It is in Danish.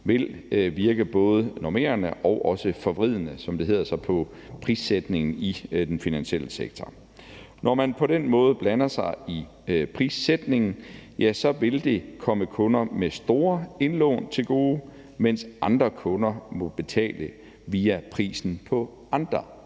det hedder sig, i forhold til prissætningen i den finansielle sektor. Når man på den måde blander sig i prissætningen, vil det komme kunder med store indlån til gode, mens andre kunder må betale via prisen på andre